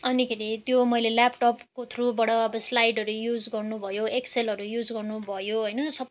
अनिखेरि त्यो मैले ल्यापटपको थ्रुबाट अब स्लाइडहरू युज गर्नु भयो एक्सेलहरू युज गर्नु भयो होइन सब